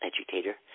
educator